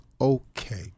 Okay